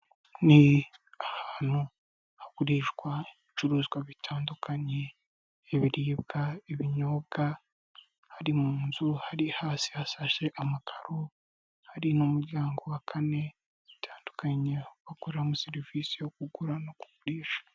Ni ahantu hagurishwa ibicuruzwa bitandukanye ibiribwa, ibinyobwa hari mu nzu hari hasi hasashe amakaro, hari n'umuryango wa kane utandukanye bakoramo serivisi yo kugura no kugurisha.